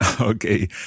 Okay